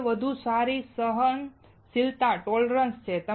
પ્રથમ તે વધુ સારી સહનશીલતા છે